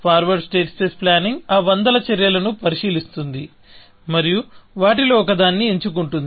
forward state space planning ఆ వందల చర్యలను పరిశీలిస్తుంది మరియు వాటిలో ఒకదాన్ని ఎంచుకుంటుంది